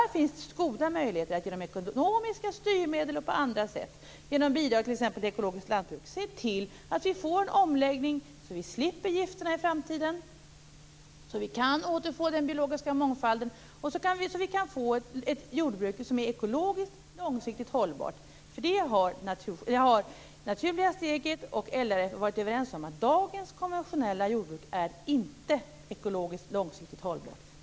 Här finns det goda möjligheter att genom ekonomiska styrmedel och på andra sätt, t.ex. genom bidrag till ekologiskt lantbruk, se till att vi får en omläggning så att vi slipper gifterna i framtiden. Då kan vi återfå den biologiska mångfalden och få ett jordbruk som är ekologiskt långsiktigt hållbart. Det naturliga steget och LRF har varit överens om att dagens konventionella jordbruk inte är ekologiskt långsiktigt hållbart.